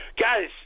guys